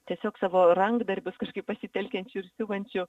tiesiog savo rankdarbius kažkaip pasitelkiančių ir siuvančių